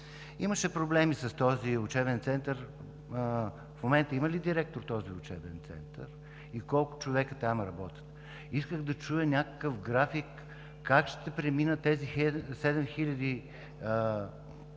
Имаше проблеми с този учебен център. В момента има ли директор този учебен център и колко човека работят там? Исках да чуя някакъв график: как ще преминат тези 7